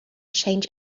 change